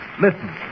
Listen